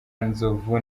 nzovu